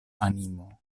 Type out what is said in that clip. animo